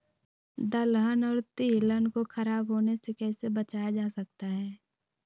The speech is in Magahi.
दलहन और तिलहन को खराब होने से कैसे बचाया जा सकता है?